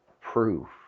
proof